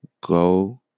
go